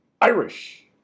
Irish